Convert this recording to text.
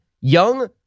young